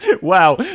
wow